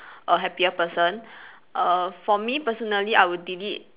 a happier person uh for me personally I will delete